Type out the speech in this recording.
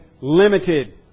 limited